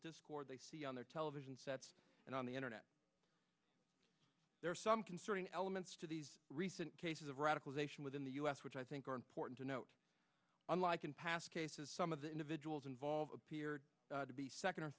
discord they see on their television sets and on the internet there are some concerning elements to these recent cases of radicalization within the us which i think are important to note unlike in past cases some of the individuals involved to be second or